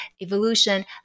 evolution